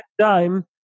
time